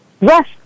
Yes